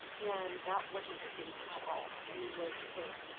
and that wasn't the case at all she was put